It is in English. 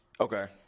Okay